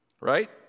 Right